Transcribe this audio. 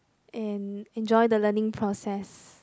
and enjoy the learning process